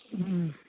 हूॅं